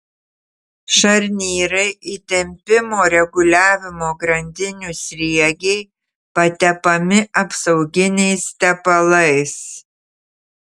šarnyrai įtempimo reguliavimo grandinių sriegiai patepami apsauginiais tepalais